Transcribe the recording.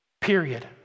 period